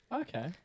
Okay